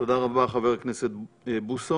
תודה רבה, חבר הכנסת בוסו.